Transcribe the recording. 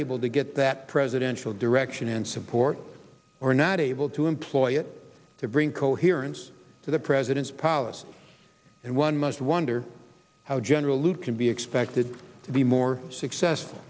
able to get that presidential direction and support or not able to employ it to bring coherence to the president's policy and one must wonder how gen lute can be expected to be more successful